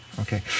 Okay